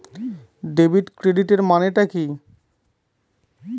Debit ক্রেডিটের মানে টা কি?